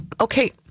Okay